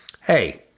hey